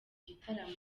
gitaramo